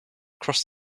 crossed